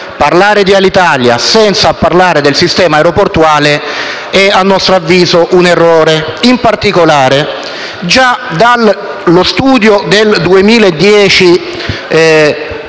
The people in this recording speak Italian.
parlare di Alitalia senza farlo del sistema aeroportuale è - a nostro avviso - un errore. In particolare, già lo studio One Works